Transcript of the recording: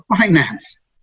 finance